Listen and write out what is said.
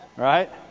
Right